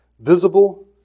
visible